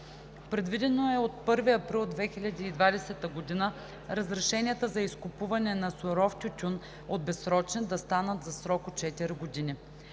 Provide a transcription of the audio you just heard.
Предвидено е от 1 април 2020 г. разрешенията за изкупуване на суров тютюн от безсрочни да станат със срок от четири години.